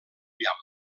llamp